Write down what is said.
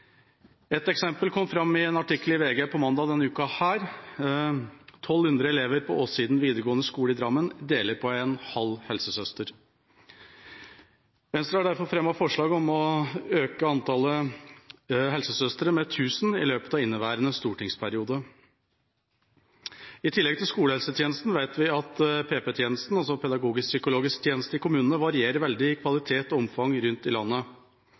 Et eksempel kom fram i en artikkel i VG mandag denne uka. 1 200 elever på Åssiden videregående skole i Drammen deler på en halv helsesøster. Venstre har derfor fremmet forslag om å øke antallet helsesøstre med 1 000 i løpet av inneværende stortingsperiode. I tillegg til skolehelsetjenesten vet vi at PP-tjenesten – altså pedagogisk-psykologisk tjeneste – i kommunene varierer veldig i kvalitet og omfang rundt i landet.